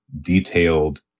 detailed